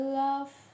love